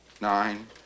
nine